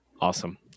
Awesome